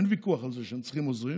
אין ויכוח על זה שהם צריכים עוזרים,